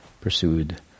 pursued